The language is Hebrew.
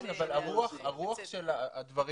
כן אבל רוח הדברים,